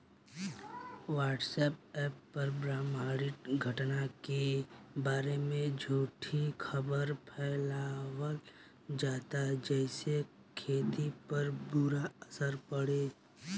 WhatsApp पर ब्रह्माण्डीय घटना के बारे में झूठी खबर फैलावल जाता जेसे खेती पर बुरा असर होता